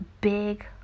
big